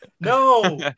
No